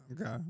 Okay